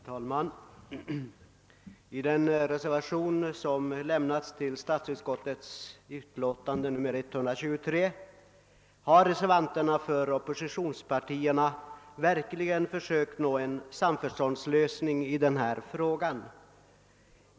Herr talman! I den reservation som har avlämnats till statsutskottets utlåtande nr 123 har representanter för oppositionspartierna verkligen försökt nå en samförståndslösning i den här frågan.